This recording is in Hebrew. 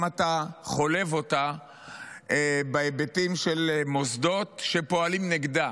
אתה חולב אותה בהיבטים של מוסדות שפועלים נגדה.